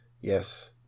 Yes